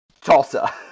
Tulsa